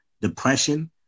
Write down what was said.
depression